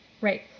Right